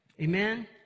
Amen